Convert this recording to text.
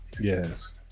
Yes